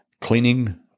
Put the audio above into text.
cleaning